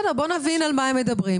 בוא נבין על מה הם מדברים.